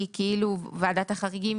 כי כאילו ועדת החריגים